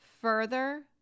further